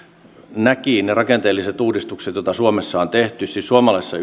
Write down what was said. näki ne rakenteelliset uudistukset joita suomessa on tehty siis suomalaisessa